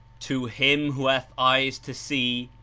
to him who hath eyes to see,